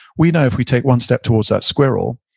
we know if we take one step towards that squirrel,